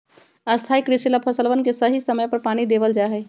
स्थाई कृषि ला फसलवन के सही समय पर पानी देवल जा हई